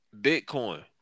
Bitcoin